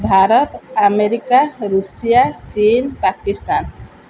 Bharat America Russia ଚୀନ୍ ପାକିସ୍ତାନ